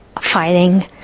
fighting